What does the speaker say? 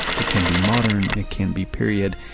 it can be modern, it can be period,